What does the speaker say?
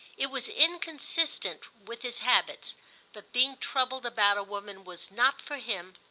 it was inconsistent with his habits but being troubled about a woman was not, for him,